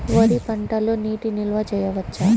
వరి పంటలో నీటి నిల్వ చేయవచ్చా?